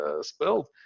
spelled